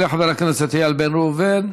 יעלה חבר הכנסת איל בן ראובן,